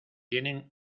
tienen